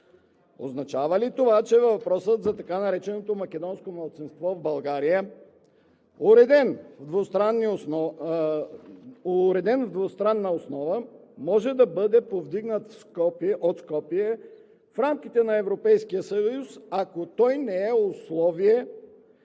Означава ли това, че въпросът за така нареченото македонско малцинство в България, уреден на двустранна основа, може да бъде повдигнат от Скопие в рамките на Европейския съюз, ако той не е условие